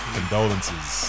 Condolences